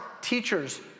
teachers